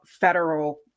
federal